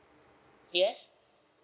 yes